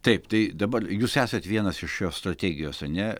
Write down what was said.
taip tai dabar jūs esat vienas iš jo strategijos ane